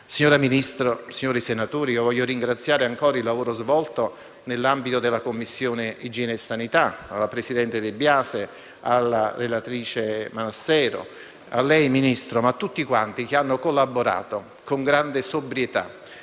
Signor Ministro, signori senatori, voglio ringraziare ancora, per il lavoro svolto nell'ambito della Commissione Igiene e sanità, la presidente De Biasi, la relatrice senatrice Manassero, lei, signor Ministro, e tutti coloro che hanno collaborato con grande sobrietà,